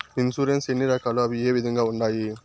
insurance ఎన్ని రకాలు అవి ఏ విధంగా ఉండాయి